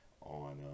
on